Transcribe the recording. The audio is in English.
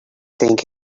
think